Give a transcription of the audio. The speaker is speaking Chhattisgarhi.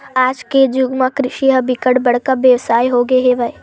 आज के जुग म कृषि ह बिकट बड़का बेवसाय हो गे हवय